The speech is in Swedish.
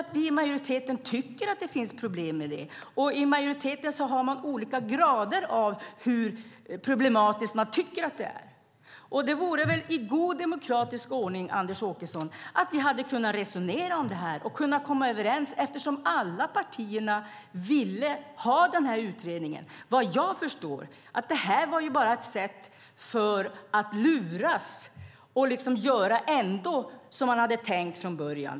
Men vi i majoriteten tycker att det finns problem med det, och i majoriteten har vi olika grader av hur problematiskt vi tycker att det är. Det hade varit i god demokratisk ordning, Anders Åkesson, att resonera om detta och komma överens eftersom alla partier ville ha denna utredning. Detta var bara ett sätt att luras och göra det man ändå hade tänkt från början.